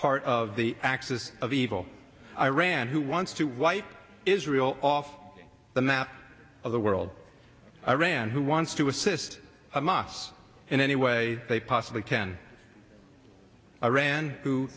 part of the axis of evil iran who wants to wipe israel off the map of the world iran who wants to assist them us in any way they possibly can iran